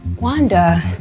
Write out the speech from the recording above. Wanda